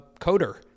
coder